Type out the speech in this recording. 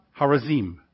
harazim